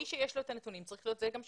מי שיש לו את הנתונים, הוא זה שצריך לפקח.